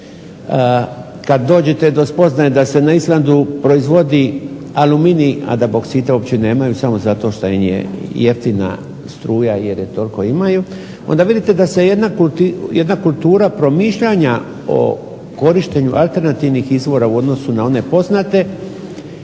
kada dođete do spoznaje da se na Islandu proizvodi aluminij, a da boksita uopće nemaju samo zato što im je jeftina struja jer je toliko imaju, onda vidite da se jedna kultura promišljanja o korištenju alternativnih izvora u odnosu na one poznate,